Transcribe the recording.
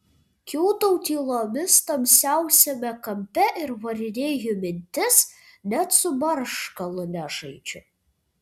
kiūtau tylomis tamsiausiame kampe ir varinėju mintis net su barškalu nežaidžiu